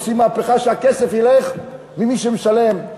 עושים מהפכה שהכסף ילך למי שמשלם.